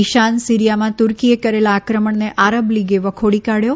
ઇશાન સિરીયામાં તૂર્કીએ કરેલા આક્રમણને આરબ લીગે વખોડી કાઢયો